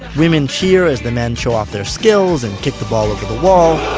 women cheer as the men show off their skills and kick the ball over the wall.